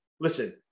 listen